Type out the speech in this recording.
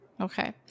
Okay